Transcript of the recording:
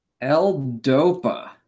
L-Dopa